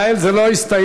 יעל, זה לא יסתיים.